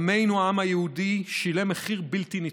עמנו, העם היהודי, שילם מחיר בלתי נתפס,